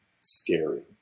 scary